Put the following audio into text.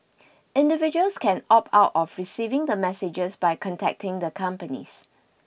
individuals can opt out of receiving the messages by contacting the companies